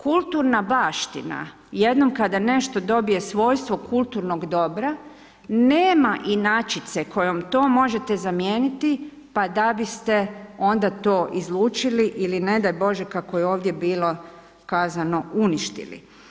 Kulturna baština, jednom kada nešto dobije svojstvo kulturnog dobra, nema inačice kojom to možete zamijeniti pa da biste onda to izlučili ili ne daj Bože kako je ovdje bilo kazano uništili.